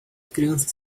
crianças